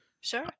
Sure